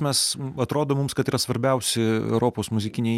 mes atrodo mums kad yra svarbiausi europos muzikiniai